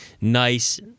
nice